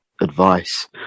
advice